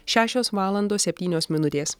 šešios valandos septynios minutės